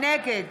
נגד